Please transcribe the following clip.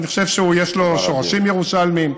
אני חושב שיש לו שורשים ירושלמיים,